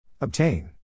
Obtain